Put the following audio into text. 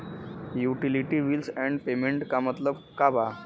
Utility bills and payments क मतलब का बा?